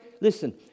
Listen